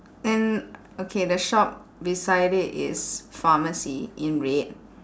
and okay the shop beside it is pharmacy in red